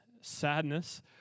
sadness